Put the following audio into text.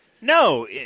No